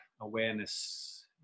awareness